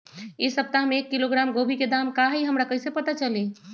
इ सप्ताह में एक किलोग्राम गोभी के दाम का हई हमरा कईसे पता चली?